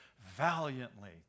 valiantly